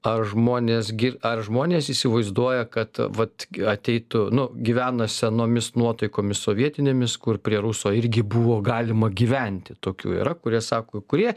ar žmonės gi ar žmonės įsivaizduoja kad vat ateitų nu gyvena senomis nuotaikomis sovietinėmis kur prie ruso irgi buvo galima gyventi tokių yra kurie sako kurie